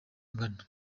angana